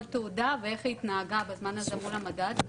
תעודה ואיך היא התנהגה בזמן הזה מול המדד,